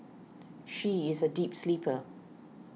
she is a deep sleeper